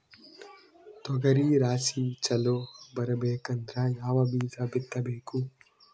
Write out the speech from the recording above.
ತೊಗರಿ ರಾಶಿ ಚಲೋ ಬರಬೇಕಂದ್ರ ಯಾವ ಬೀಜ ಬಿತ್ತಬೇಕು?